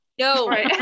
No